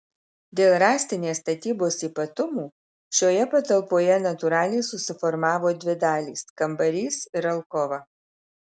dėl rąstinės statybos ypatumų šioje patalpoje natūraliai susiformavo dvi dalys kambarys ir alkova